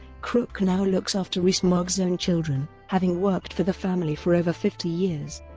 crook now looks after rees-mogg's own children, having worked for the family for over fifty years.